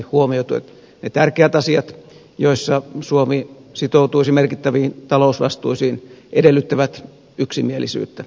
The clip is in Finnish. ne tärkeät asiat joissa suomi sitoutuisi merkittäviin talousvastuisiin edellyttävät yksimielisyyttä